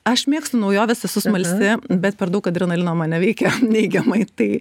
aš mėgstu naujoves esu smalsi bet per daug adrenalino mane veikia neigiamai tai